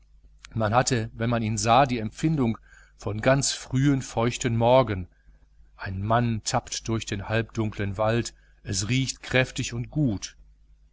man hatte wenn man ihn sah die empfindung von ganz frühen feuchten morgen ein mann tappt durch den halbdunklen wald es riecht kräftig und gut